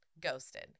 Ghosted